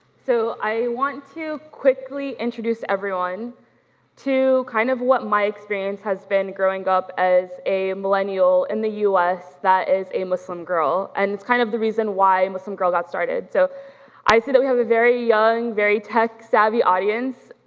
so i want to quickly introduce everyone to kind of what my experience has been growing up as a millennial in the us that is a muslim girl and it's kind of the reason why muslim girl got started so i see that we have a very young, very tech-savvy audience,